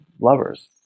lovers